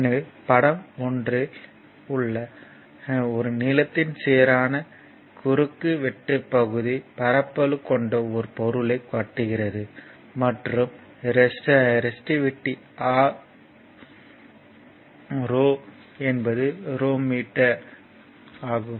எனவே படம் 1 இல் ஒரு நீளத்தின் சீரான குறுக்குவெட்டு பகுதி பரப்பளவு கொண்ட ஒரு பொருளைக் காட்டுகிறது மற்றும் ரெசிஸ்டிவிட்டி Ω rho என்பது Ω மீட்டர் ஆகும்